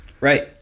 Right